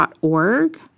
.org